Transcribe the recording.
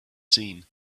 seen